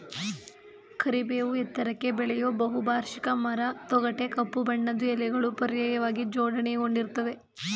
ಕರಿಬೇವು ಎತ್ತರಕ್ಕೆ ಬೆಳೆಯೋ ಬಹುವಾರ್ಷಿಕ ಮರ ತೊಗಟೆ ಕಪ್ಪು ಬಣ್ಣದ್ದು ಎಲೆಗಳು ಪರ್ಯಾಯವಾಗಿ ಜೋಡಣೆಗೊಂಡಿರ್ತದೆ